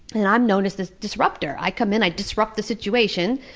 and i'm known as the disruptor. i come in, i disrupt the situation,